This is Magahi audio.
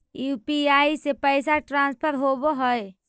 यु.पी.आई से पैसा ट्रांसफर होवहै?